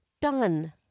done